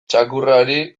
txakurrari